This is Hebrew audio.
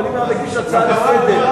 אבל אם הוא מגיש הצעה לסדר,